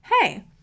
hey